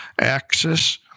Axis